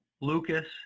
lucas